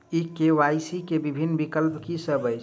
EMI केँ विभिन्न विकल्प की सब अछि